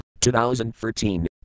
2013